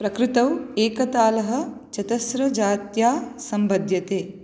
प्रकृतौ एकतालः चतस्रजात्या सम्बध्यते